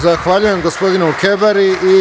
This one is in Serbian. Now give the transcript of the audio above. Zahvaljujem, gospodine Kebara.